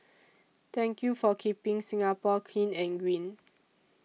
thank you for keeping Singapore clean and green